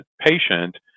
patient